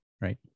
right